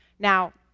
now,